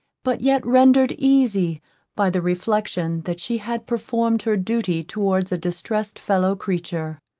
but yet rendered easy by the reflexion that she had performed her duty towards a distressed fellow-creature.